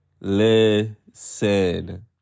listen